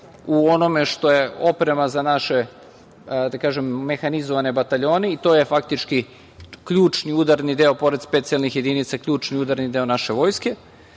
u onome što je oprema za naše, da kažem mehanizovane bataljone i to je faktički ključni udarni deo, pored specijalnih jedinica, ključni udarni deo naše vojske. Radi